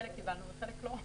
חלק קיבלנו וחלק לא.